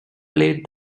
played